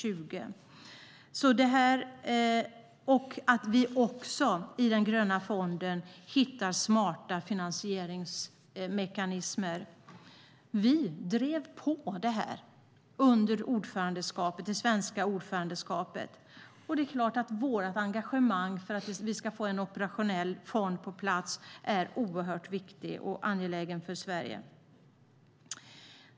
Vi ska också hitta smarta finansieringsmekanismer i Gröna fonden. Vi drev på detta under det svenska ordförandeskapet. Vårt engagemang för att få en operationell fond på plats är oerhört viktigt och angeläget för Sverige.